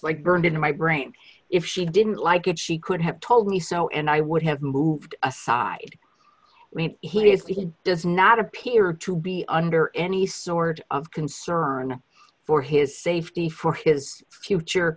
like burned in my brain if she didn't like it she could have told me so and i would have moved aside he does not appear to be under any sort of concern for his safety for his future